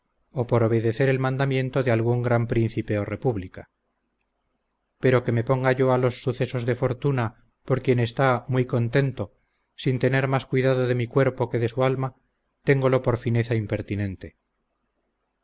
o por obedecer el mandamiento de algún gran príncipe o república pero que me ponga yo a los sucesos de fortuna por quien está muy contento sin tener más cuidado de mi cuerpo que de su alma tengolo por fineza impertinente